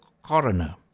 Coroner